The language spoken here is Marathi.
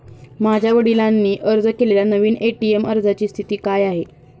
माझ्या वडिलांनी अर्ज केलेल्या नवीन ए.टी.एम अर्जाची स्थिती काय आहे?